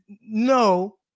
no